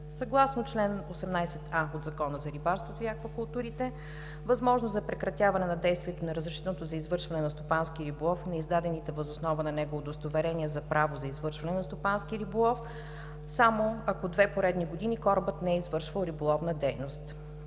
Съгласно чл. 18а от Закона за рибарството и аквакултурите, възможност за прекратяване на действието на разрешителното за извършване на стопански риболов и на издадените въз основа на него удостоверения за право за извършване на стопански риболов има само ако две поредни години корабът не е извършвал риболовна дейност.